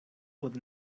with